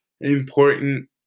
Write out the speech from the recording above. important